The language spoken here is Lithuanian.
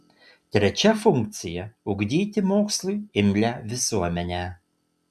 trečia funkcija ugdyti mokslui imlią visuomenę